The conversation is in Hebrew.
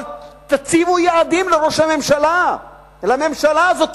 תציבו יעדים לראש הממשלה ולממשלה הזו,